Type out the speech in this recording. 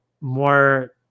more